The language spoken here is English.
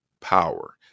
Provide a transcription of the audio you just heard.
power